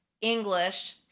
English